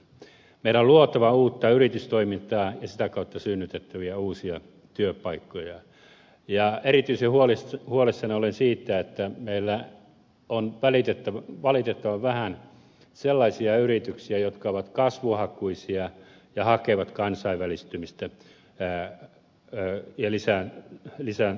meidän on luotava uutta yritystoimintaa ja sitä kautta synnytettävä uusia työpaikkoja ja erityisen huolissani olen siitä että meillä on valitettavan vähän sellaisia yrityksiä jotka ovat kasvuhakuisia ja hakevat kansainvälistymistä enää löytyy lisää lisää